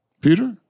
Peter